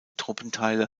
truppenteile